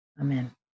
Amen